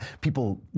people